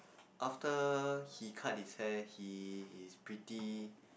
after he cut his hair he is pretty